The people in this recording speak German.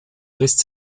lässt